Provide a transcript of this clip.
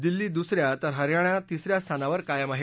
दिल्ली दुस या तर हरयाना तिस या स्थानावर कायम आहेत